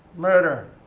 murder.